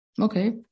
Okay